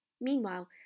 Meanwhile